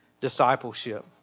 discipleship